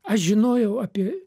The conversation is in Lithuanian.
aš žinojau apie